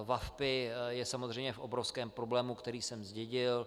VaVpI je samozřejmě v obrovském problému, který jsem zdědil.